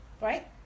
right